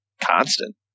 constant